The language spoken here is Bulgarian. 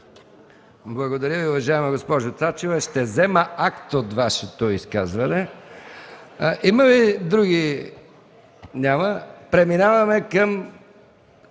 Благодаря Ви, уважаема госпожо Цачева. Ще взема акт от Вашето изказване. (Оживление.) Има ли други? Няма. Преминаваме към